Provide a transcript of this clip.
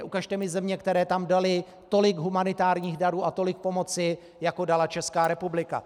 Ukažte mi země, které tam daly tolik humanitárních darů a tolik pomoci, jako dala Česká republika.